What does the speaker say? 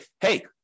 Hey